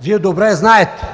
Вие добре знаете.